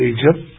Egypt